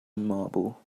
marble